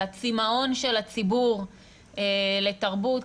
על הצימאון של הציבור לתרבות,